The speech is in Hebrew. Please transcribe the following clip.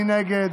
מי נגד?